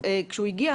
כשהוא הגיע,